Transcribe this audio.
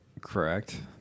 Correct